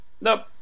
nope